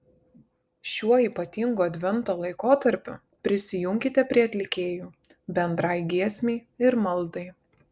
šiuo ypatingu advento laikotarpiu prisijunkite prie atlikėjų bendrai giesmei ir maldai